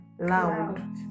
loud